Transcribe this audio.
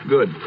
Good